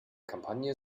kampagne